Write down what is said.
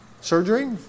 surgery